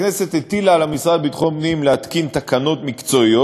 הכנסת הטילה על המשרד לביטחון פנים להתקין תקנות מקצועיות,